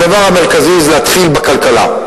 הדבר המרכזי זה להתחיל בכלכלה.